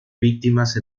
víctimas